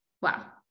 Wow